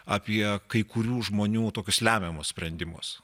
apie kai kurių žmonių tokius lemiamus sprendimus